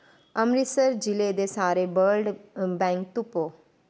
अमृतसर जि'ले दे सारे ब्लड बैंक तुप्पो